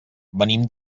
venim